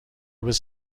was